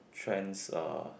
trends uh